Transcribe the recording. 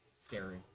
Scary